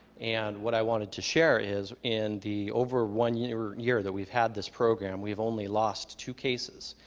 and what i wanted to share is, in the over one year year that we've had this program, we've only lost two cases,